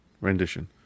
rendition